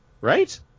Right